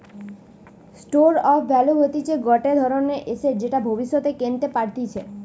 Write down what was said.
store of value হতিছে গটে ধরণের এসেট যেটা ভব্যিষতে কেনতে পারতিছে